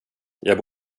jag